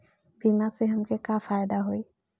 बीमा से हमके का फायदा होई?